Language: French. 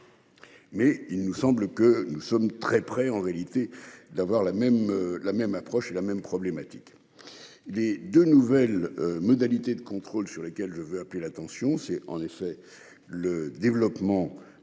Mais il nous semble que nous sommes très près en réalité d'avoir la même la même approche et la même problématique. Les de nouvelles modalités de contrôle sur lesquelles je veux appeler l'attention. C'est en effet le développement de l'accès